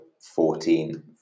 fourteen